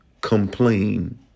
Complain